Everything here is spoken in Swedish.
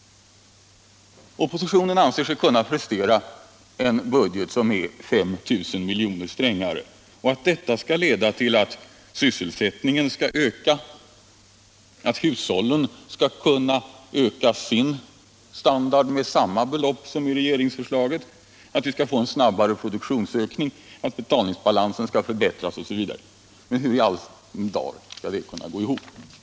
Oppositionen anser sig kunna prestera en budget som är 5 miljarder strängare, och man anser att detta skall leda till att sysselsättningen skall öka, att hushållen skall kunna öka sin standard med samma belopp som enligt regeringsförslaget, att vi skall få en snabbare produktionsökning, att betalningsbalansen skall förbättras osv. Men hur i all sin dar skall det kunna gå ihop?